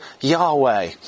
Yahweh